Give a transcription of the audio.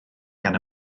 gan